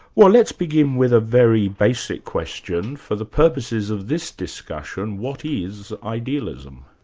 well, let's begin with a very basic question. for the purposes of this discussion what is idealism?